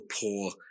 poor